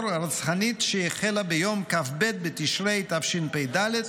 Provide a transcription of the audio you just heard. הרצחנית שהחלה ביום כ"ב בתשרי התשפ"ד,